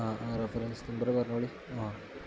ആ ആ reference number പറഞ്ഞോളി ആ